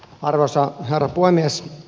arvoisa herra puhemies